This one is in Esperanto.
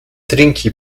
trinki